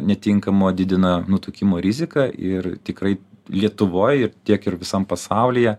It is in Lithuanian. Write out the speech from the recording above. netinkamo didina nutukimo riziką ir tikrai lietuvoj ir tiek ir visam pasaulyje